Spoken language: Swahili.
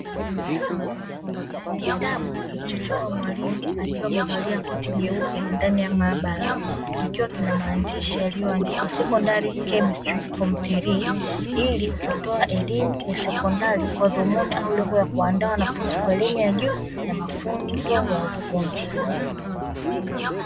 Kitabu kilichochorwa mwalimu akiwa amevalia koti jeupe ndani ya maabara, kikiwa kina maandishi yaliyoandikwa "Secondary CHEMISRTY Form Three" ili kutoa elimu ya sekondari kwa dhumuni au lengo la kuandaa wanafunzi kwa elimu ya juu na mafunzo ya ufundi.